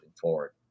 forward